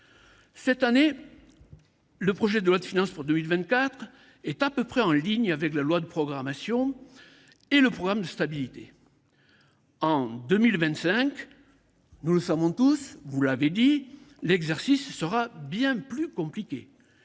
question. Le projet de loi de finances pour 2024 est à peu près en ligne avec la loi de programmation et le programme de stabilité ; en 2025, nous savons que l’exercice sera bien plus compliqué